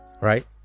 right